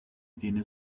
tiene